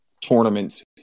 tournaments